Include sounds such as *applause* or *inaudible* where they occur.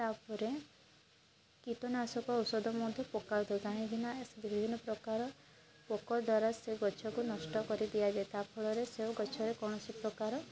ତା'ପରେ କୀଟନାଶକ ଔଷଧ ମଧ୍ୟ ପକା *unintelligible* କାହିଁକିନା ବିଭିନ୍ନ ପ୍ରକାର ପୋକ ଦ୍ୱାରା ସେ ଗଛକୁ ନଷ୍ଟ କରିଦିଆ ଯାଏ ତା' ଫଳରେ ସେ ଗଛରେ କୌଣସି ପ୍ରକାର